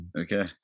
Okay